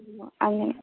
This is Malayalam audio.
അങ്ങനെ